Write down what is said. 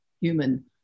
human